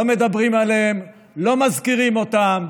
לא מדברים עליהם, לא מזכירים אותם,